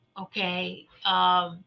okay